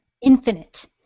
infinite